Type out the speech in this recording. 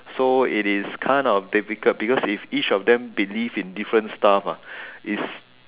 so it is kind of difficult because if each of them believe in different stuff ah it's